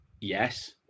yes